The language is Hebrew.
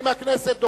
אם הכנסת דוחה,